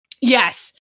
Yes